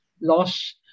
loss